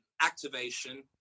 activation